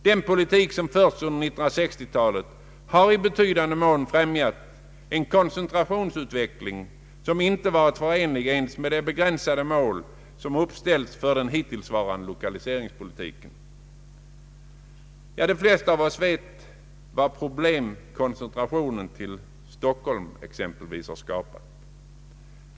Den politik som förts under 1960-talet har i betydande mån främjat en koncentrationsutveckling som inte varit förenlig ens med de begränsade mål som uppställts för den hittillsvarande = lokaliseringspolitiken.” De flesta av oss vet vilka problem exempelvis koncentrationen till Stockholm har skapat.